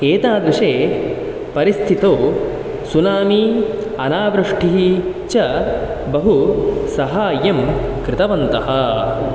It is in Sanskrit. एतादृशे परिस्थितौ सुनामि अनावृष्टिः च बहु साहाय्यं कृतवन्तः